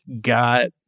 got